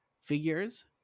figures